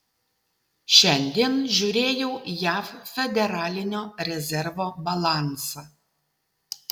šiandien žiūrėjau jav federalinio rezervo balansą